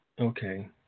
Okay